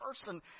person